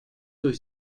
durch